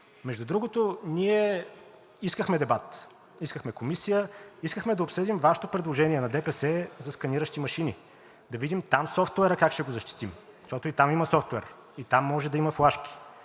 Между другото, ние искахме дебат, искахме комисия, искахме да обсъдим Вашето предложение – на ДПС, за сканиращи машини, за да видим там софтуера как ще го защитим, защото и там има софтуер и там може да има флашки.